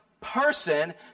person